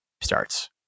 starts